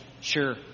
sure